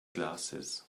glasses